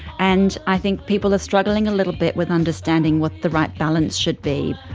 and i think people are struggling a little bit with understanding what the right balance should be.